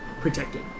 protected